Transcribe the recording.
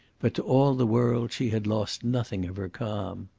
but to all the world she had lost nothing of her calm.